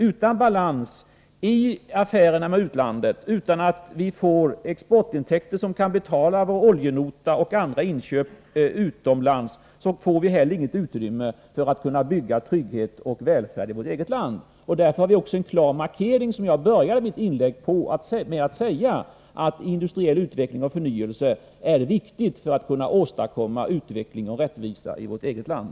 Utan balans i affärerna med utlandet och utan att vi får exportintäkter som kan betala vår oljenota och andra inköp utomlands får vi heller inget utrymme för att bygga trygghet och välfärd i vårt eget land. Därför var det också en klar markering när jag började mitt anförande med att säga att industriell utveckling och förnyelse är viktiga för att vi skall kunna åstadkomma utveckling och rättvisa i vårt eget land.